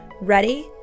Ready